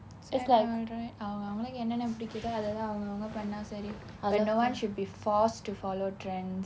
it's like அவன் அவனுக்கு என்னன்னா பிடிக்குதோ அது தான் அவங்க அவங்க பண்ணா சரி அவ்வளவு தான்:avan avanukku ennanna pidikutho athu thaan avnga avnga pannaa sari avvalvu thaan